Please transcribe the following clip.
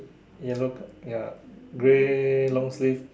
yellow ya grey long sleeve